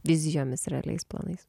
vizijomis realiais planais